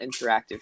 interactive